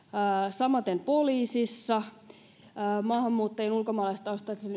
samaten poliisissa maahanmuuttajien ulkomaalaistaustaisten